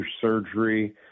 surgery